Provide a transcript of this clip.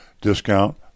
discount